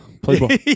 Playboy